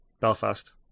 Belfast